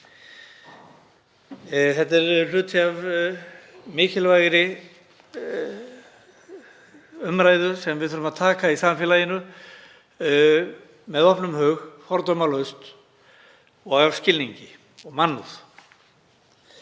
Þetta er hluti af mikilvægri umræðu sem við þurfum að taka í samfélaginu með opnum hug, fordómalaust og af skilningi og mannúð.